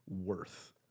worth